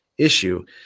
issue